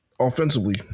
offensively